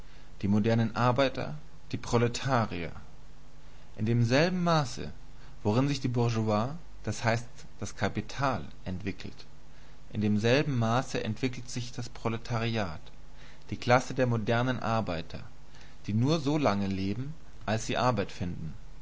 die modernen arbeiter die proletarier in demselben maße worin sich die bourgeoisie d h das kapital entwickelt in demselben maße entwickelt sich das proletariat die klasse der modernen arbeiter die nur so lange leben als sie arbeit finden